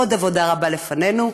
עוד עבודה רבה לפנינו,